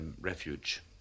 Refuge